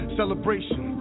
celebration